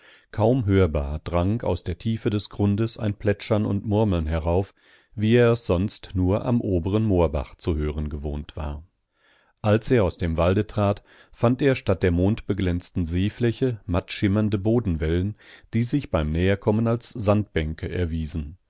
kaum hörbar drang aus der tiefe des grundes ein plätschern und murmeln herauf wie er es sonst nur am oberen moorbach zu hören gewohnt war als er aus dem walde trat fand er statt der mondbeglänzten seefläche mattschimmernde bodenwellen die sich beim näherkommen als sandbänke erwiesen